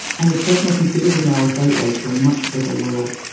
and your personal computer was now a gateway to a much bigger world.